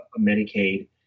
Medicaid